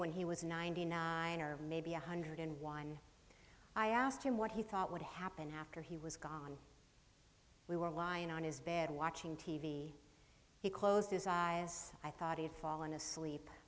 when he was ninety nine or maybe a hundred and one i asked him what he thought would happen after he was gone we were lying on his bed watching t v he closed his eyes i thought he had fallen asleep